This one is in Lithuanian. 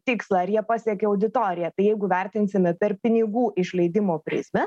tikslą ar jie pasiekė auditoriją tai jeigu vertinsime per pinigų išleidimo prizmę